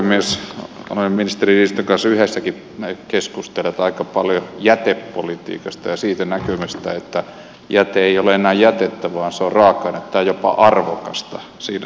olemme ministeri niinistön kanssa yhdessäkin keskustelleet aika paljon jätepolitiikasta ja siitä näkymästä että jäte ei ole enää jätettä vaan se on raaka ainetta ja jopa arvokasta siinä suhteessa